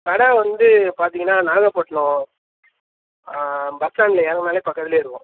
கடை வந்து பார்த்தீங்கன்னா வந்து நாகப்பட்டினம் பஸ் ஸ்டாண்ட்டில் இறங்குனாலே பக்கத்தில் இருக்கும்